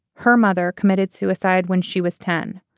her mother committed suicide when she was ten.